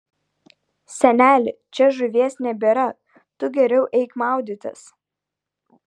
seneli čia žuvies nebėra tu geriau eik maudytis